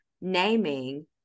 naming